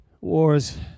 Wars